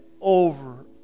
over